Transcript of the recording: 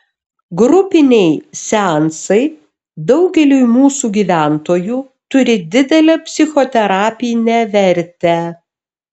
grupiniai seansai daugeliui mūsų gyventojų turi didelę psichoterapinę vertę